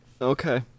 okay